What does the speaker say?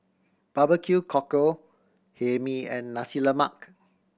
barbecue cockle Hae Mee and Nasi Lemak